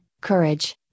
courage